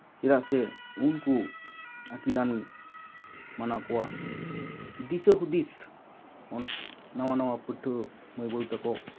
ᱪᱮᱫᱟᱜ ᱥᱮ ᱩᱱᱠᱩ ᱟᱹᱠᱤᱞᱟᱱ ᱢᱟᱱᱣᱟ ᱠᱚᱣᱟ ᱫᱤᱥᱟᱹ ᱦᱩᱫᱤᱥ ᱱᱟᱣᱟ ᱱᱟᱣᱟ ᱯᱟᱹᱴᱷᱩᱣᱟᱹ ᱢᱟᱹᱭ ᱵᱟᱹᱵᱩ ᱛᱟᱠᱚ